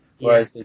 whereas